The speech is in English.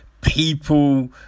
people